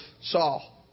Saul